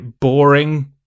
boring